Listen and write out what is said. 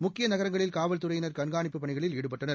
முக்கிய நகரங்களில் காவல்துறையினர் கண்காணிப்பு பணிகளில் ஈடுபட்டனர்